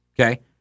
Okay